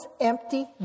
empty